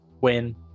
Win